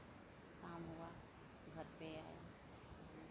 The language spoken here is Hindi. शाम हुआ घर पे आये